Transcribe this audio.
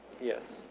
Yes